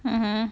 mmhmm